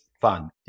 fun